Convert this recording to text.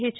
H